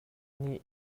nih